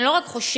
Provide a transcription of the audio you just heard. אני לא רק חושבת,